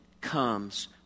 comes